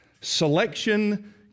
selection